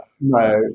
No